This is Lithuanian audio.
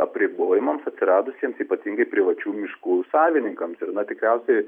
apribojimams atsiradusiems ypatingai privačių miškų savininkams ir tikriausiai